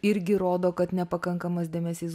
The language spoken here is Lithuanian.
irgi rodo kad nepakankamas dėmesys